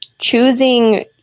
choosing